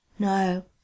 No